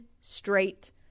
straight